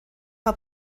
mae